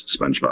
SpongeBob